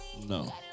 No